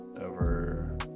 over